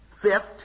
fifth